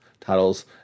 titles